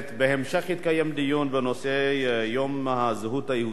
בהמשך יתקיים דיון בנושא יום הזהות היהודית.